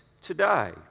today